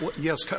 Yes